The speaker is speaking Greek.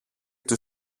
του